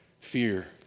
Fear